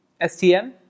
STM